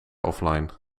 offline